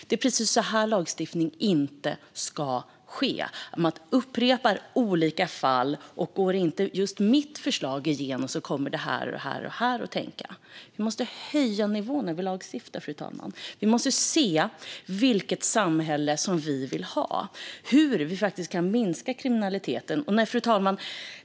Det är precis så lagstiftning inte ska gå till, att man upprepade gånger tar upp olika fall och säger att om just det egna förslaget inte går igenom kommer det eller det att hända. Vi måste höja nivån över lagstiftaren, fru talman. Vi måste se vilket samhälle vi vill ha och hur vi kan minska kriminaliteten.